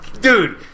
dude